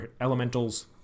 elementals